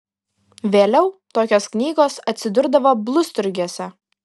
vėliau tokios knygos atsidurdavo blusturgiuose